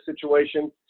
situation